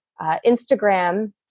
Instagram